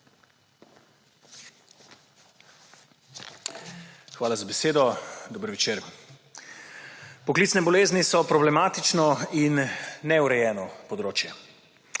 Hvala za besedo. Dober večer! Poklicne bolezni so problematično in neurejeno področje.